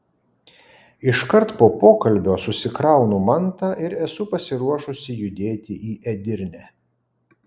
iškart po pokalbio susikraunu mantą ir esu pasiruošusi judėti į edirnę